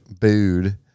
booed